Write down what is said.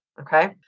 okay